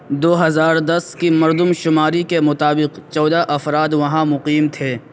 دو ہزار دس کی مردم شماری کے مطابق چودہ افراد وہاں مقیم تھے